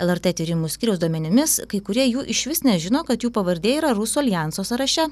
lrt tyrimų skyriaus duomenimis kai kurie jų išvis nežino kad jų pavardė yra rusų aljanso sąraše